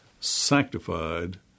sanctified